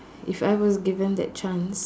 if I was given that chance